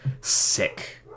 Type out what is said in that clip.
sick